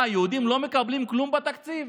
מה, היהודים לא מקבלים כלום בתקציב?